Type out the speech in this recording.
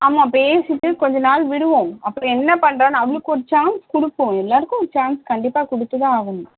ஆமாம் பேசிவிட்டு கொஞ்சம் நாள் விடுவோம் அப்புறம் என்ன பண்ணுறான்னு அவனுக்கு ஒரு சான்ஸ் கொடுப்போம் எல்லாருக்கும் ஒரு சான்ஸ் கண்டிப்பாக கொடுத்துதான் ஆகணும்